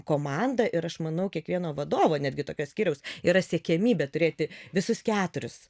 komandą ir aš manau kiekvieno vadovo netgi tokio skyriaus yra siekiamybė turėti visus keturis